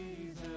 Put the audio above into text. Jesus